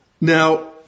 Now